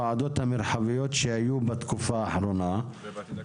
לוועדות המרחביות שהיו בתקופה האחרונה --- ובעתיד הקרוב,